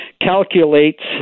calculates